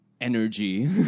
energy